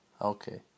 Okay